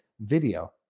video